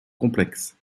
complexes